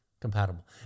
Compatible